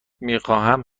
میخواهم